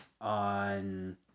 on